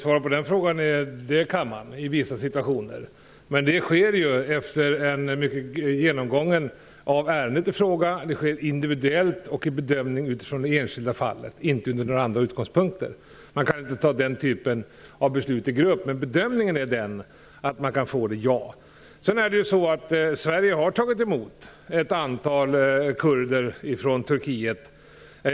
Fru talman! Det kan man, i vissa situationer. Men det sker efter genomgången av ärendet i fråga. Det sker individuellt och det är en bedömning utifrån det enskilda fallet - inte från några andra utgångspunkter. Man kan inte ta den typen av beslut i fråga om grupp, men bedömningen är att man alltså kan få det. Sverige har tagit emot ett antal kurder från Turkiet.